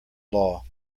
law